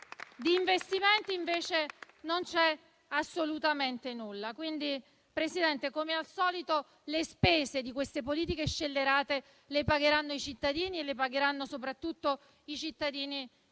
Di investimenti, invece, non c'è assolutamente traccia. Presidente, come al solito, le spese di queste politiche scellerate le pagheranno i cittadini e le pagheranno soprattutto i cittadini più